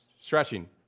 stretching